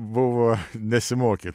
buvo nesimokyt